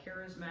charismatic